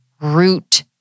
root